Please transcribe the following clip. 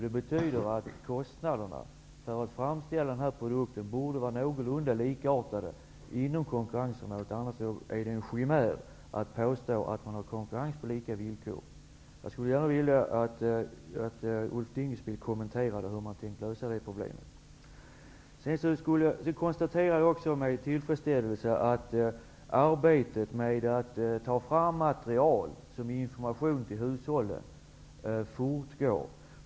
Det betyder att kostnaderna för att framställa produkten borde vara någorlunda likartat inom marknaderna. Annars är det en chimär att påstå att man har konkurrens på lika villkor. Jag skulle gärna vilja att Ulf Dinkelspiel kommenterade hur man har tänkt att lösa det problemet. Jag konstaterar också med tillfredsställelse att arbetet med att ta fram material och information till hushållen fortgår.